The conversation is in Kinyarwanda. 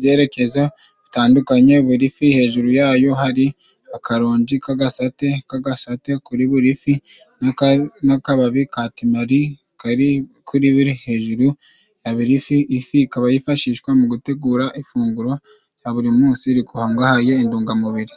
byerekezo bitandukanye buri fi hejuru yayo hari akaronji k'agasate, kuri buri fi n'akababi ka tinori kari kuri buri hejuru ya buri fi, ifi ikaba yifashishwa mu gutegura ifunguro rya buri munsi rikungahaye intungamubiri.